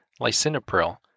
lisinopril